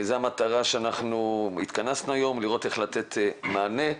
זו המטרה שלשמה התכנסנו, לראות איך לתת מענה.